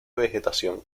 vegetación